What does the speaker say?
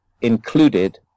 included